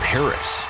Paris